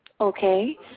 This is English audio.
Okay